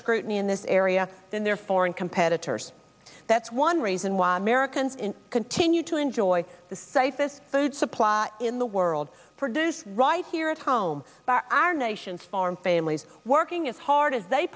scrutiny in this area than their foreign competitors that's one reason why americans in continue to enjoy the safest food supply in the world produce right here at home by our nation's farm families working as hard as they